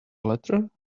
letter